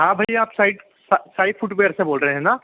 हाँ भैया आप साइड साइड फुटवियर से बोल रहे है ना